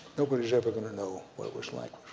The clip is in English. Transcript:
nobody's ever going to know what it was like.